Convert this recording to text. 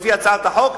לפי הצעת החוק,